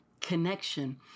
connection